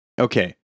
Okay